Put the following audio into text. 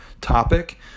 topic